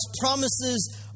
promises